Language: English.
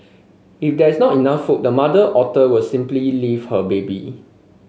if there is not enough food the mother otter will simply leave her baby